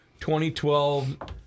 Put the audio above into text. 2012